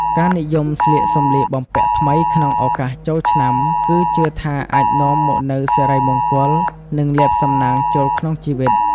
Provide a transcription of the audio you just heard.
ការនិយមស្លៀកសម្លៀកបំពាក់ថ្មីក្នុងឱកាសចូលឆ្នាំ គឺជឿថាអាចនាំមកនូវសិរីមង្គល និងលាភសំណាងចូលក្នុងជីវិត។